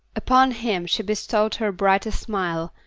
upon him she bestowed her brightest smile,